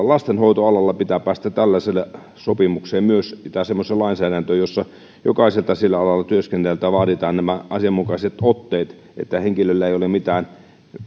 lastenhoitoalalla pitää päästä tällaiseen sopimukseen pitää olla semmoista lainsäädäntöä jossa jokaiselta sillä alalla työskentelevältä vaaditaan nämä asianmukaiset otteet että henkilöllä ei ole menneisyydessä mitään